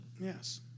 Yes